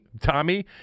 Tommy